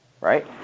right